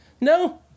No